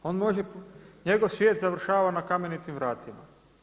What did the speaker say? On može, njegov svijet završava na Kamenitim vratima.